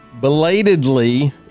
Belatedly